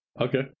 Okay